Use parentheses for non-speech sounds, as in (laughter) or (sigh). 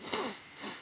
(breath)